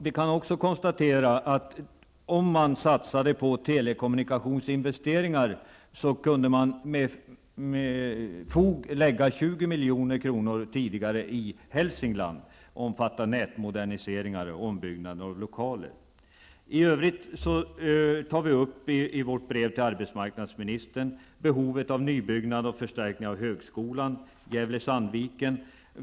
Vi kan också konstatera att om man satsade på telekommunikationsinvesteringar, så kunde man med fog lägga 20 milj.kr. tidigare i Hälsingland. Det omfattar nätmoderniseringar och ombyggnader av lokaler. I övrigt tar vi i vårt brev till arbetsmarknadsministern upp behovet av nybyggnad och förstärkning av högskolan Gävle-- Sandviken.